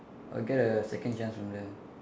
I'll get a second chance from there